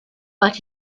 but